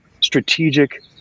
strategic